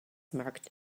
marked